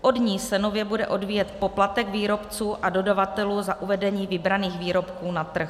Od ní se bude nově odvíjet poplatek výrobců a dodavatelů za uvedení vybraných výrobků na trh.